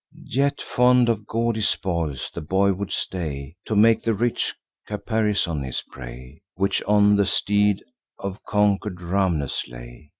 yet, fond of gaudy spoils, the boy would stay to make the rich caparison his prey, which on the steed of conquer'd rhamnes lay.